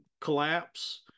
collapse